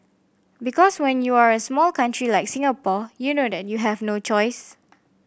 because when you are a small country like Singapore you know that you have no choice